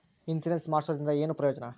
Insurance ಮಾಡ್ಸೋದರಿಂದ ಏನು ಪ್ರಯೋಜನ?